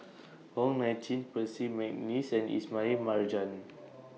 Wong Nai Chin Percy Mcneice and Ismail Marjan